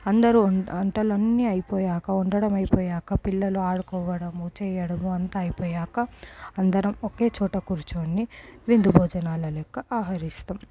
అందరూ వంటలన్నీ అయిపోయాక వండటం అయిపోయాక పిల్లలు ఆడుకోవడం చేయడము అంతా అయిపోయాక అందరం ఒకే చోట కూర్చొని విందు భోజనాల లెక్క ఆరగిస్తాము